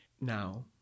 now